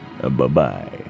Bye-bye